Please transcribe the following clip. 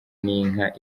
n’inka